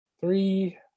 Three